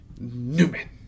Newman